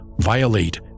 violate